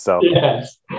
Yes